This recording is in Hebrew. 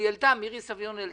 מירי סביון,